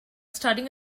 studying